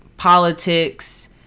politics